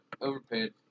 overpaid